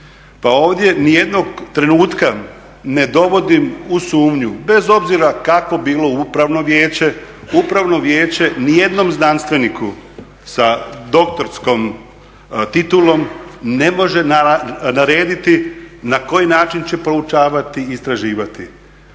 ovdje nijednog trenutka ne dovodim u sumnju, bez obzira kakvo bilo Upravno vijeće, Upravno vijeće nijednom znanstveniku sa doktorskom titulom ne može narediti na koji način će proučavati i istraživati.